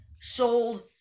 Sold